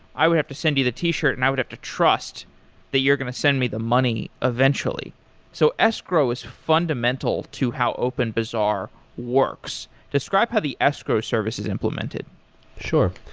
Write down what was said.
i would have to send you the t-shirt and i would have to trust that you're going to send me the money eventually so escrow is fundamental to how openbazaar works. describe how the escrow services implemented sure.